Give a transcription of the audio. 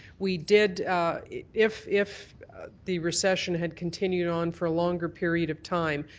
we did if if the recession had continued on for a longer period of time,